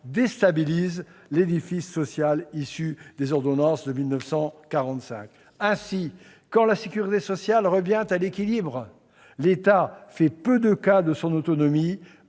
déstabilise l'édifice social issu des ordonnances de 1945. Ainsi, quand la sécurité sociale revient à l'équilibre, l'État fait peu de cas de son autonomie,